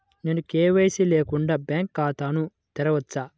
నేను కే.వై.సి లేకుండా బ్యాంక్ ఖాతాను తెరవవచ్చా?